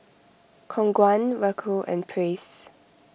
Khong Guan Raoul and Praise